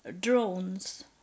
drones